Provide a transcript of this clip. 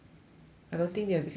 I don't think they will extinct